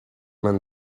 man